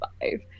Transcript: five